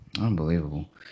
Unbelievable